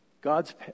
God's